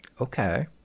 Okay